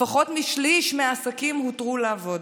לפחות לשליש מהעסקים הותר לעבוד.